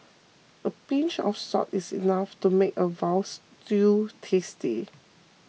a pinch of salt is enough to make a Veal Stew tasty